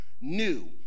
new